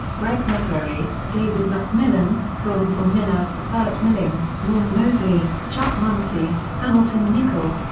greg mccrary, david mcmillan, bronzell miller, bert milling, norm mosley, chuck muncie, hamilton nichols,